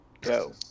Go